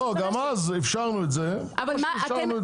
לא, גם אז אפשרנו את זה כמו שאפשרנו את זה.